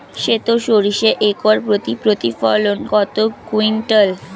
সেত সরিষা একর প্রতি প্রতিফলন কত কুইন্টাল?